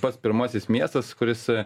pats pirmasis miestas kuris